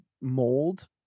mold